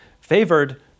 favored